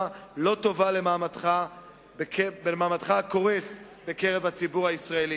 לא טובה למעמדך הקורס בקרב הציבור הישראלי.